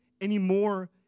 anymore